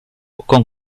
con